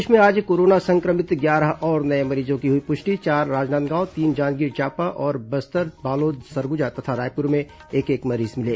प्रदेश में आज कोरोना संक्रमित ग्यारह और नए मरीजों की हुई पुष्टि चार राजनांदगांव तीन जांजगीर चांपा और बस्तर बालोद सरगुजा तथा रायपुर में एक एक मरीज मिले